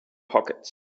pockets